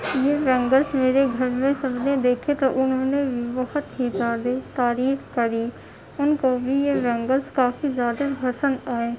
یہ بینگلس میرے گھر میں سب نے دیکھے تو انہوں نے بھی بہت ہی زیادہ تعریف کری ان کو بھی یہ بینگلس کافی زیادہ پسند آئے